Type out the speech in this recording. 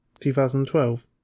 2012